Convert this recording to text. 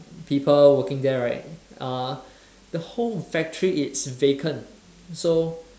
people working there right uh the whole factory it's vacant so